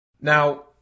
Now